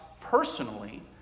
personally